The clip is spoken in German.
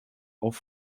auch